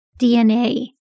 DNA